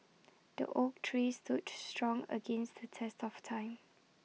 the oak tree stood strong against the test of time